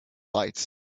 lights